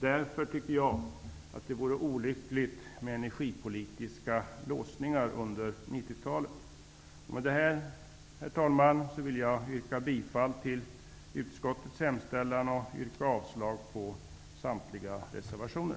Därför vore det olyckligt med energipolitiska låsningar under 90-talet. Herr talman! Med detta vill jag yrka bifall till utskottets hemställan och avslag på samtliga reservationer.